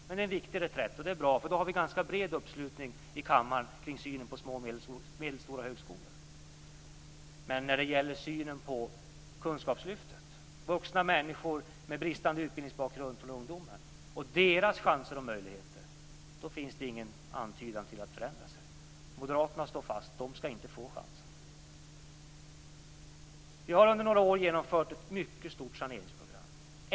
Men det är en viktig reträtt, och det är bra. Då har vi nämligen en ganska bred uppslutning i kammaren kring synen på små och medelstora högskolor. Men när det gäller synen på kunskapslyftet - vuxna människor med bristande utbildningsbakgrund från ungdomen och deras chanser och möjligheter - finns det ingen antydan till förändring. Moderaterna står fast: De skall inte få chansen. Vi har under några år genomfört ett mycket stort saneringsprogram.